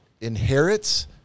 inherits